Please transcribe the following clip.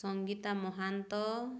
Sangeeta Mahanta